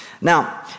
Now